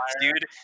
dude